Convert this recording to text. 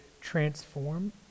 transform